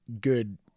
good